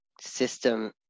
system